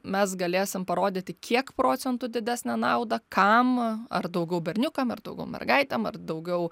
mes galėsim parodyti kiek procentų didesnę naudą kam ar daugiau berniukam ar daugiau mergaitėm ar daugiau